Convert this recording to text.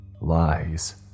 Lies